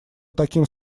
таким